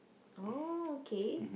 oh K